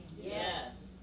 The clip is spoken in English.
Yes